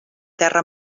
terra